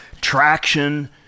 traction